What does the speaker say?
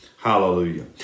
Hallelujah